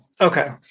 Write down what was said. okay